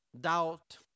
doubt